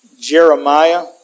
Jeremiah